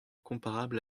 comparable